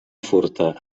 furta